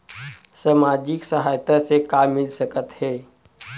सामाजिक सहायता से का मिल सकत हे?